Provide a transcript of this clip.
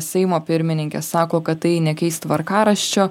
seimo pirmininkė sako kad tai nekeis tvarkaraščio